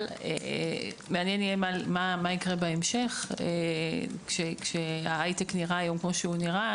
אבל מעניין מה יקרה בהמשך כשההייטק נראה היום כמו שהוא נראה